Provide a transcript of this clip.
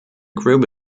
group